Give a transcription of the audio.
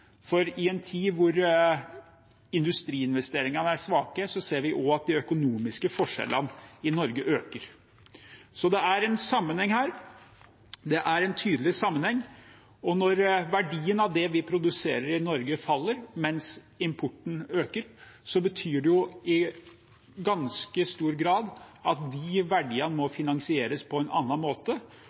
for i en tid da industriinvesteringene er svake, ser vi også at de økonomiske forskjellene i Norge øker. Så det er en sammenheng her – det er en tydelig sammenheng. Og når verdien av det vi produserer i Norge, faller, mens importen øker, betyr det i ganske stor grad at de verdiene må finansieres på en annen måte.